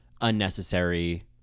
Unnecessary